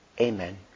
Amen